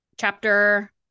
Chapter